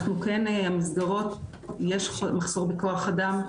אנחנו כן במסגרות יש מחסור בכוח אדם,